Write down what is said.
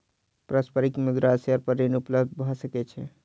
पारस्परिक मुद्रा आ शेयर पर ऋण उपलब्ध भ सकै छै